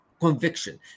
Conviction